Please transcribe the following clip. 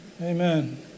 Amen